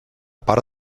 part